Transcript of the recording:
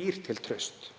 býr til traust.